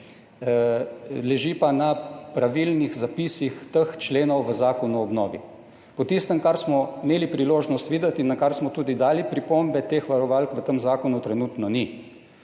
leži pa na pravilnih zapisih teh členov v Zakonu o obnovi. Po tistem, kar smo imeli priložnost videti in na kar smo tudi dali pripombe, teh varovalk v tem zakonu trenutno ni